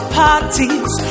parties